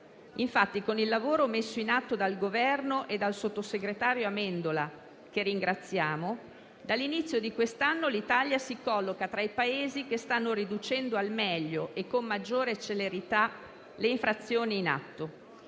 Infatti, con il lavoro messo in atto dal Governo e dal sottosegretario Amendola - che ringraziamo - dall'inizio di quest'anno l'Italia si colloca tra i Paesi che stanno riducendo al meglio e con maggiore celerità le infrazioni in atto: